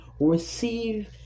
receive